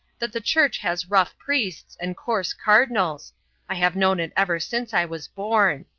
that the church has rough priests and coarse cardinals i have known it ever since i was born.